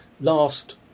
last